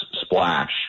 splash